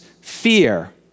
fear